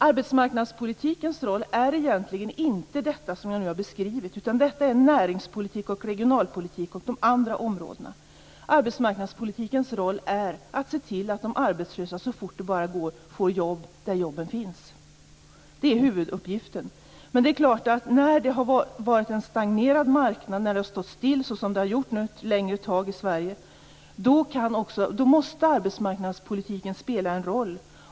Arbetsmarknadspolitikens roll är egentligen inte det som tidigare här har beskrivits, utan detta hör till näringspolitik, regionalpolitik och de andra områdena. Arbetsmarknadspolitikens roll är att se till att de arbetslösa så fort det bara går får jobb där jobben finns. Det är huvuduppgiften. Men när marknaden har stått stilla, såsom den har gjort nu ett längre tag i Sverige, då måste arbetsmarknadspolitiken spela en roll.